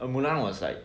mulan was like